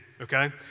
okay